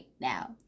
now